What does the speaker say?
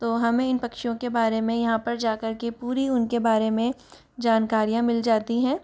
तो हमें इन पक्षियों के बारे में यहाँ पर जा करके पूरी उनके बारे में जानकारियाँ मिल जाती है